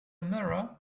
mirror